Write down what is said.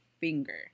finger